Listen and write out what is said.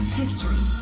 history